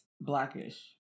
blackish